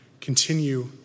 continue